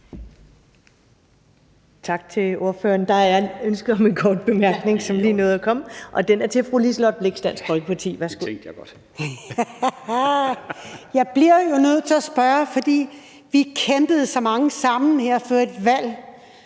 Tak til ordføreren. Der er ønske om en kort bemærkning, som lige nåede at komme, og den er fra fru Liselott Blixt, Dansk Folkeparti. Kl. 18:22 Liselott Blixt (DF): Jeg bliver jo nødt til at spørge, fordi vi kæmpede så mange sammen før et valg